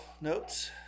notes